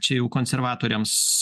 čiau jau konservatoriams